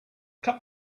cut